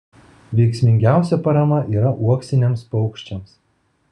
veiksmingiausia parama yra uoksiniams paukščiams